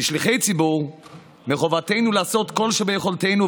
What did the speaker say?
כשליחי ציבור מחובתנו לעשות כל שביכולתנו,